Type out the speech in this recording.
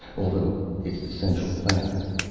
although it's the central factor.